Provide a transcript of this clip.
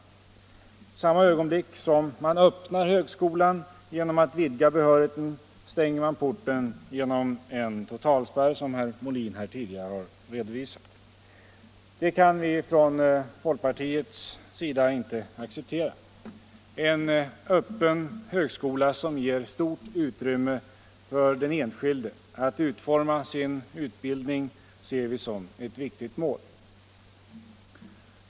I samma ögonblick som man öppnar högskolan genom att vidga behörigheten, stänger man porten genom en totalspärr, som herr Molin tidigare har redovisat. Det kan vi från folkpartiets sida inte acceptera. En öppen högskola, som ger stort utrymme för den enskilde att utforma sin utbildning, ser vi som ett viktigt mål.